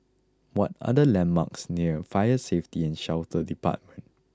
what are the landmarks near Fire Safety and Shelter Department